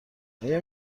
آیا